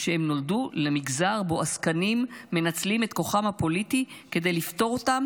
שהם נולדו למגזר שבו עסקנים מנצלים את כוחם הפוליטי כדי לפטור אותם